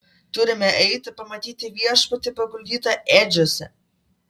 turime eiti pamatyti viešpatį paguldytą ėdžiose